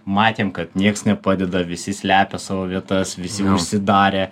matėm kad nieks nepadeda visi slepia savo vietas visi užsidarę